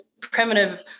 primitive